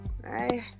right